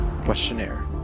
Questionnaire